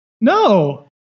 No